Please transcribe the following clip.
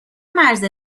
مرز